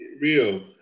real